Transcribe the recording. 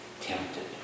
tempted